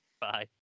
Bye